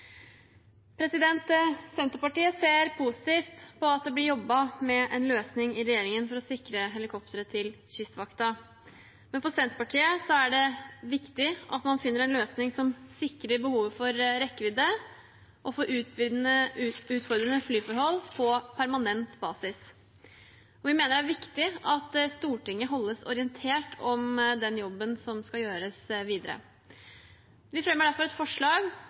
Senterpartiet ser positivt på at det blir jobbet med en løsning i regjeringen for å sikre helikopteret til Kystvakten. Men for Senterpartiet er det viktig at man finner en løsning som sikrer behovet for rekkevidde og utfordrende flyforhold på permanent basis, og vi mener at det er viktig at Stortinget holdes orientert om den jobben som skal gjøres videre. Vi fremmer derfor et forslag